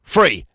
Free